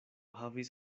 havis